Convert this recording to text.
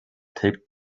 taped